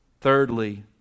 Thirdly